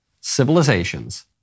civilizations